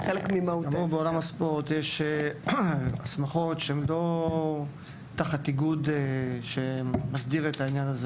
בעולם הספורט יש הסמכות שלא נמצאות תחת איגוד שמסדיר אותן.